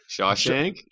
Shawshank